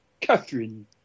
Catherine